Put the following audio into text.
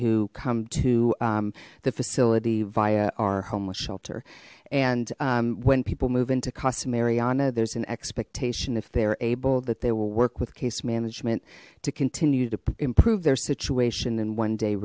who come to the facility via our homeless shelter and when people move into casa mariana there's an expectation if they are able that they will work with case management to continue to improve their situation and one day